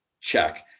check